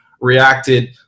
reacted